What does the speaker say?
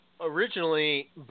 originally